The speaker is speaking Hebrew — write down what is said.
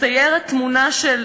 מצטיירת תמונה של